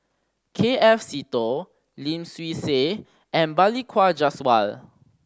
K F Seetoh Lim Swee Say and Balli Kaur Jaswal